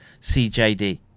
CJD